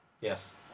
Yes